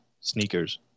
sneakers